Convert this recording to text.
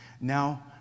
Now